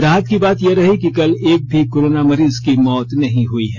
राहत की बात रही कि कल एक भी कोरोना मरीज की मौत नहीं हुई है